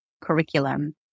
curriculum